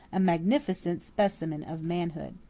a magnificent specimen of manhood.